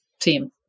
team